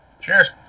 Cheers